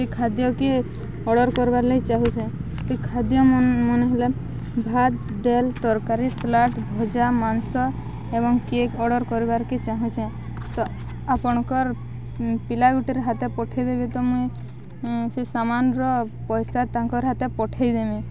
ସେ ଖାଦ୍ୟକେ ଅର୍ଡ଼ର୍ କରିବାର୍ ଲାଗ ଚାହୁଁଛେ ସେ ଖାଦ୍ୟ ମାନ ହେଲା ଭାତ୍ ଡାଲ୍ ତରକାରୀ ସଲାଡ଼୍ ଭଜା ମାଂସ ଏବଂ କେକ୍ ଅର୍ଡ଼ର୍ କରିବାରକେ ଚାହୁଁଛେ ତ ଆପଣଙ୍କର ପିଲା ଗୁଟିରେ ହାତ ପଠେଇଦେବେ ତ ମୁଇଁ ସେ ସାମାନର ପଇସା ତାଙ୍କର ହାତ ପଠେଇଦେମି